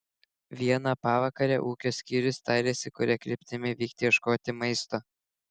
vieną pavakarę ūkio skyrius tarėsi kuria kryptimi vykti ieškoti maisto